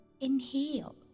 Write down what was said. Inhale